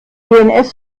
dns